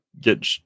get